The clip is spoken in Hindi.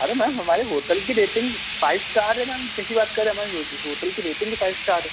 अरे मैम हमारे होटल की रेटिंग फ़ाइव इस्टार है मैम कैसी बात कर रहे हमारे होटल की रेटिंग भी फ़ाइव इस्टार है